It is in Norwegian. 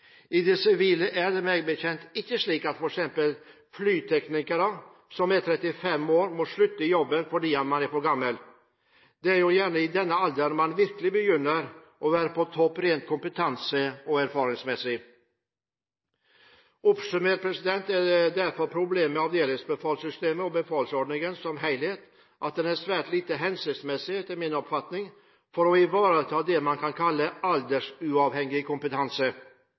I det sivile er det meg bekjent ikke slik at f.eks. en flytekniker som er 35 år, må slutte i jobben fordi han er for gammel. Det er jo gjerne i denne alder man virkelig begynner å være på topp rent kompetanse- og erfaringsmessig. Oppsummert er derfor problemet med avdelingsbefalssystemet og befalsordningen som helhet at den etter min oppfatning er svært lite hensiktsmessig med hensyn til å ivareta det man kan kalle aldersuavhengig kompetanse,